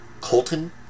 Colton